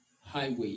highway